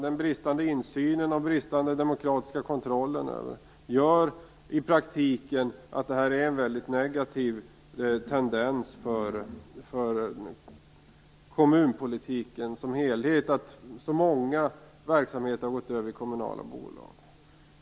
Den bristande insynen och den bristande demokratiska kontrollen gör att det i praktiken för kommunpolitiken som helhet blir en mycket negativ tendens att så många verksamheter har gått över i kommunala bolag.